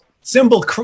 symbol